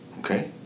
okay